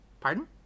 Pardon